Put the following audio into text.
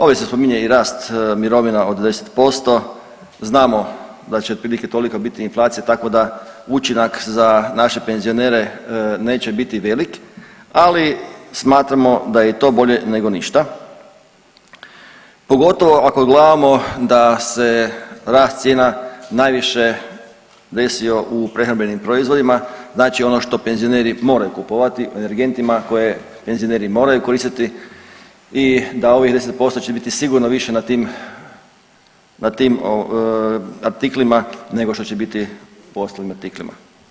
Ovdje se spominje i rast mirovina od 10%, znamo da će otprilike tolika biti i inflacija, tako da učinak za naše penzionere neće biti velik, ali smatramo da je i to bolje nego ništa, pogotovo ako gledamo da se rast cijena najviše desio u prehrambenim proizvodima, znači ono što penzioneri moraju kupovati, o energentima koje penzioneri moraju koristiti i dao ovih 10% će biti sigurno više na tim artiklima nego što će biti po ostalim artiklima.